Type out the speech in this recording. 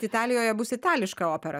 italijoje bus itališka opera